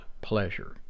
pleasure